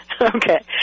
Okay